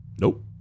Nope